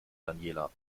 daniela